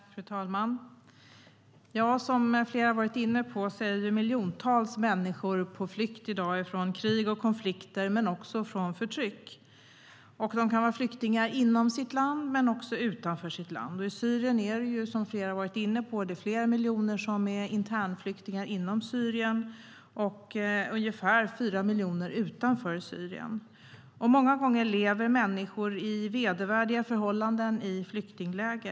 Fru talman! Som flera har varit inne på är miljontals människor på flykt i dag från krig och konflikter, men också från förtryck. De kan vara flyktingar inom sitt land, men också utanför sitt land. I Syrien är det, som flera har varit inne på, flera miljoner som är internflyktingar. Ungefär 4 miljoner är flyktingar utanför Syrien. Många gånger lever människor under vedervärdiga förhållanden i flyktingläger.